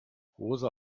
rosa